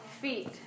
feet